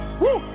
woo